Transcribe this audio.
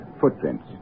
Footprints